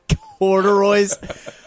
corduroys